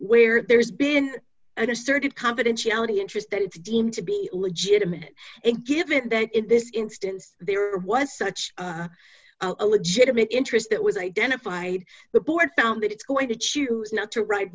where there's been an asserted confidentiality interest that it's deemed to be legitimate and given that in this instance there was such a legitimate interest that was identified the board found that it's going to choose not to ride